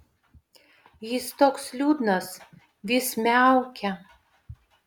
jis toks liūdnas vis miaukia